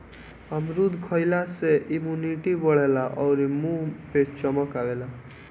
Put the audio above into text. अमरूद खइला से इमुनिटी बढ़ेला अउरी मुंहे पे चमक आवेला